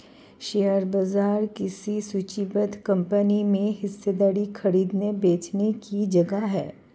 share बाजार किसी सूचीबद्ध कंपनी में हिस्सेदारी खरीदने बेचने की जगह है